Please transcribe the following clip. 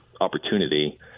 Opportunity